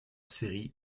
série